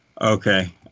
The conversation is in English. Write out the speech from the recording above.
Okay